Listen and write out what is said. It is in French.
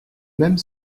même